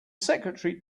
secretary